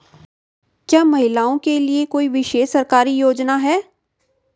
क्या महिलाओं के लिए कोई विशेष सरकारी योजना है?